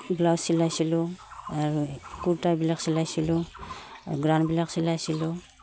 blouse চিলাইছিলোঁ আৰু কুৰ্তাবিলাক চিলাইছিলোঁ গ্ৰাউনবিলাক চিলাইছিলোঁ